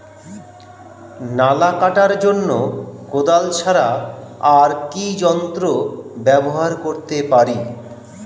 নালা কাটার জন্য কোদাল ছাড়া আর কি যন্ত্র ব্যবহার করতে পারি?